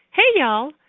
hey, y'all.